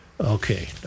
Okay